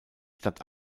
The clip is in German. stadt